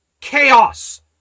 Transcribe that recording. chaos